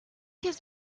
has